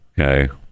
okay